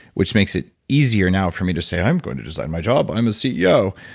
which makes it easier now for me to say, i'm going to design my job, i'm a ceo.